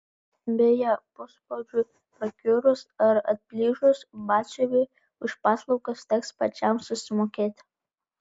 beje puspadžiui prakiurus ar atplyšus batsiuviui už paslaugas teks pačiam susimokėti